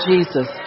Jesus